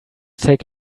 take